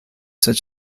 such